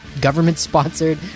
government-sponsored